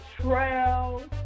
Trail